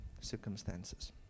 circumstances